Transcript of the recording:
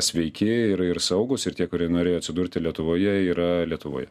sveiki ir ir saugūs ir tie kurie norėjo atsidurti lietuvoje yra lietuvoje